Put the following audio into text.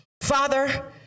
Father